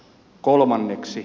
neljänneksi